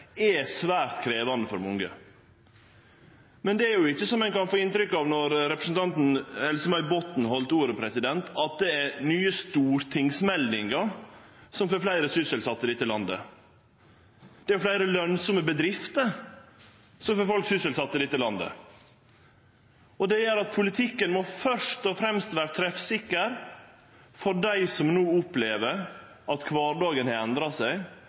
er svært krevjande for mange. Det er ikkje som ein kan få inntrykk av då representanten Else-May Botten hadde ordet, at det er nye stortingsmeldingar som får fleire sysselsette i dette landet. Det er fleire lønsame bedrifter som får folk sysselsette i dette landet, og det gjer at politikken først og fremst må vere treffsikker for dei som no opplever at kvardagen har endra seg